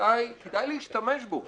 שכדאי להשתמש בו.